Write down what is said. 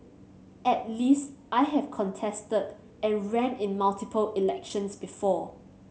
at least I have contested and ran in multiple elections before